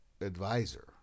advisor